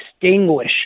distinguish